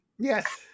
Yes